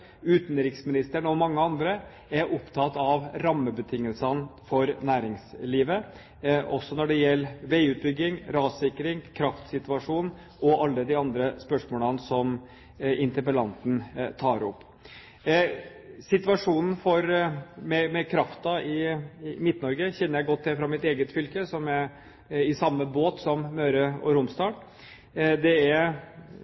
utenriksministeren og mange andre er opptatt av rammebetingelsene for næringslivet, også når det gjelder veiutbygging, rassikring, kraftsituasjonen og alle de andre spørsmålene som interpellanten tar opp. Kraftsituasjonen i Midt-Norge kjenner jeg godt til fra mitt eget fylke, som er i samme båt som Møre og Romsdal.